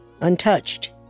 untouched